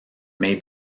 may